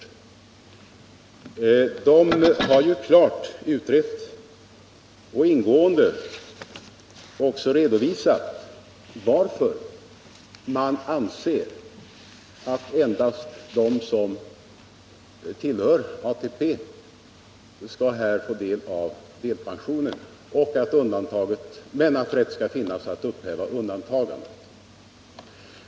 I den har man klart utrett och ingående redovisat varför man anser att endast de som tillhör ATP skall få del av delpensionen men att rätt skall finnas att upphäva undantagen.